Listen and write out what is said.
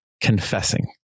confessing